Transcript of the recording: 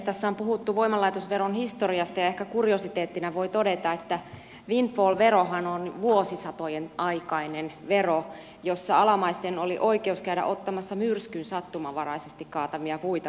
tässä on puhuttu voimalaitosveron historiasta ja ehkä kuriositeettina voi todeta että windfall verohan on vuosisatojen aikainen vero jossa alamaisilla oli oikeus käydä ottamassa myrskyn sattumanvaraisesti kaatamia puita britanniassa